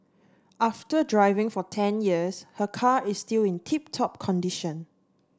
after driving for ten years her car is still in tip top condition